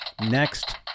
Next